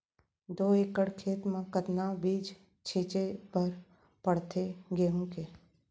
दो एकड़ खेत म कतना बीज छिंचे बर पड़थे गेहूँ के?